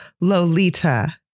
Lolita